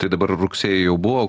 tai dabar rugsėjį jau buvo